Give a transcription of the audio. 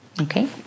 Okay